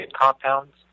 compounds